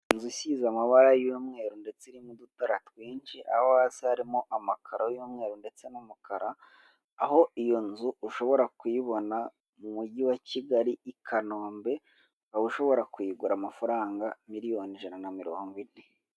Inzu isize amabara y'umweru ndetse irimo udutara twinshi aho hasi harimo amakaro y'umweru ndetse n'umukara, aho iyo nzu ushobora kuyibona mu mujyi wa Kigali i Kanombe aho ushobora kuyigura amafaranga miliyoni ijana na mirongo ine.